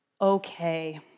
okay